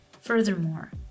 Furthermore